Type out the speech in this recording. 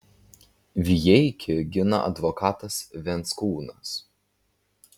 vijeikį gina advokatas venckūnas